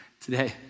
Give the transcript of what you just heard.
today